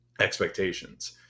expectations